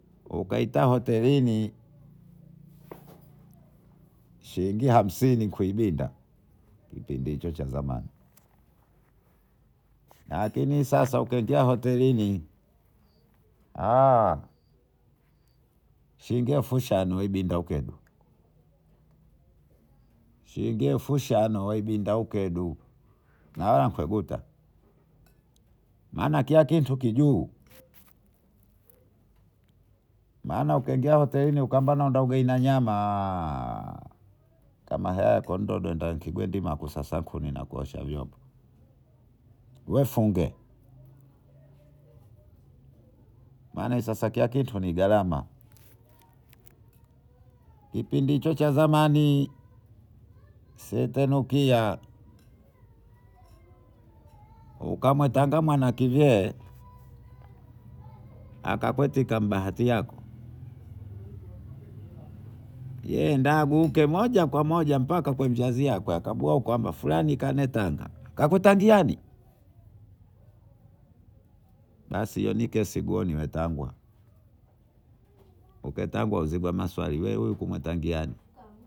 Ukaita hotelini shilingi hamsini kuidinda kipindihicho cha zamani. Lakini sasa ukiingia hotelini shingiefushano ibindaugeduu ukenu. shingiefushano ibindaugedu nawena ukeguta maana kilakitu ikijuu maana ukiingia hotelini ukambia utaka ugali na nyamà nakuosha vyombo. Wefunge kipindi hicho cha zamani sentirukia ukawatanda mwanakive akabatebahatiyako ye daguike mojakwamoja mbaka kwa mzazi wako akaguekwamba fulani kanetanga kangutanjiani basi onike siguoni getwanga ugetwanga huziga maswali wewe ukumtangiani.